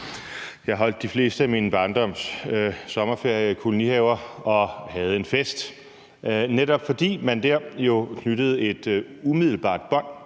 Jeg holdt de fleste af min barndoms sommerferier i kolonihaver og havde en fest, netop fordi man jo der knyttede et umiddelbart bånd